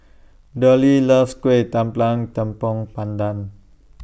Derl loves Kuih Tepong Pandan